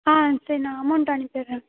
ஆ சரி நான் அமௌண்ட் அனுப்பிடுறேன்